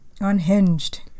Unhinged